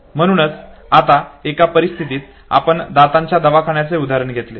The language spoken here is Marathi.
म्हणूनच आता एका परिस्थितीत आपण दातांच्या दवाखान्याचे उदाहरण घेतले